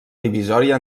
divisòria